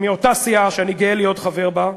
מאותה סיעה שאני גאה להיות חבר בה,